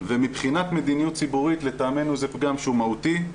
ומבחינת מדיניות ציבורית לטעמנו זה פגם שהוא מהותי,